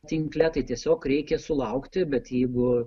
tinkle tai tiesiog reikia sulaukti bet jeigu